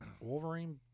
Wolverine